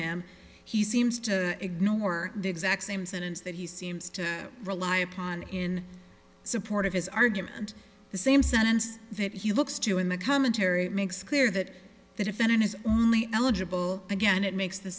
him he seems to ignore the exact same sentence that he seems to rely upon in support of his argument the same sentence that he looks to in the commentary makes clear that the defendant is only eligible again it makes the